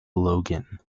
logan